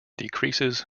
decreases